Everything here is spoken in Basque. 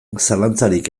zalantzarik